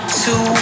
two